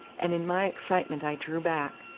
and in my excitement i drew back,